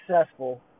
successful